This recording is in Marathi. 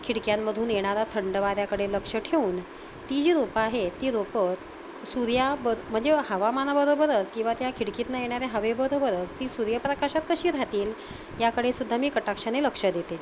खिडक्यांमधून येणारा थंड वाऱ्याकडे लक्ष ठेवून ती जी रोपं आहे ती रोपं सूर्या ब म्हणजे हवामानाबरोबरच किंवा त्या खिडकीतनं येणाऱ्या हवेबरोबरच ती सूर्यप्रकाशात कशी राहतील याकडेसुद्धा मी कटाक्षाने लक्ष देते